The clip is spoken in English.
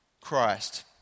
Christ